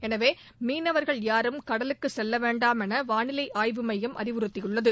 எனவே மீனவர்கள் யாரும் கடலுக்குச் செல்ல வேண்டாம் என வானிலை மையம் அறிவுறுத்தியுள்ளது